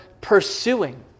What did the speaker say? pursuing